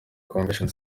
convention